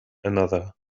another